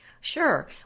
Sure